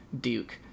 Duke